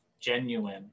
genuine